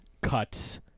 cuts